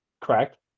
Correct